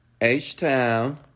h-town